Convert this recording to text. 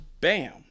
Bam